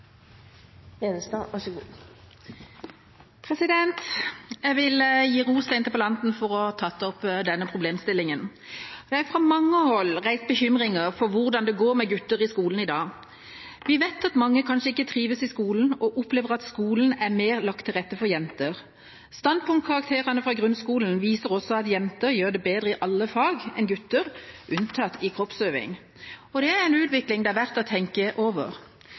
var så flinke til å sy blokkfløyteetui som Simon, og Vanja var klassens klovn – ikke helt typisk, men det er faktisk hverdagen. Vi må ha en skole som tilpasser seg de forskjellene, en skole med forventning, tydelighet og et bredt læringssyn. Sånn løfter vi også guttene. Jeg vil gi ros til interpellanten for å ha tatt opp denne problemstillingen. Det er fra mange hold reist bekymringer for hvordan det går med gutter i skolen i dag. Vi vet at mange kanskje ikke trives i skolen og opplever at skolen er mer lagt